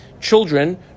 children